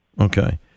Okay